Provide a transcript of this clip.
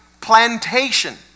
plantation